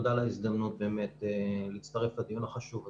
תודה על ההזדמנות להצטרף לדיון החשוב הזה.